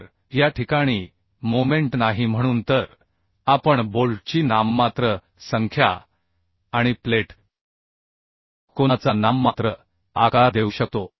तर या ठिकाणी मोमेन्ट नाही म्हणून तर आपण बोल्टची नाममात्र संख्या आणि प्लेट कोनाचा नाममात्र आकार देऊ शकतो